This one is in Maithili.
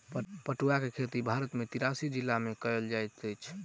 पटुआक खेती भारत के तिरासी जिला में कयल जाइत अछि